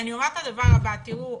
אני אומר את הדבר הבא, תראו,